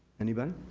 anybody?